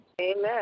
Amen